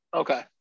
okay